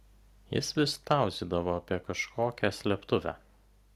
jis vis tauzydavo apie kažkokią slėptuvę